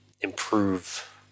improve